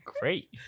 great